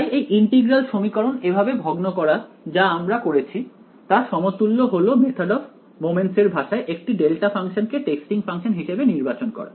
তাই এই ইন্টিগ্রাল সমীকরণ এভাবে ভগ্ন করা যা আমরা করেছি তা সমতুল্য হল মেথড অফ মোমেন্টস এর ভাষায় একটি ডেল্টা ফাংশনকে টেস্টিং ফাংশন হিসেবে নির্বাচন করা